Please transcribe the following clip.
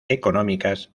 económicas